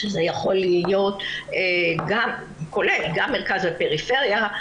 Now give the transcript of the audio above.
שזה כולל גם מרכז ופריפריה,